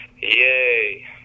Yay